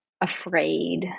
afraid